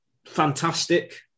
fantastic